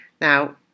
Now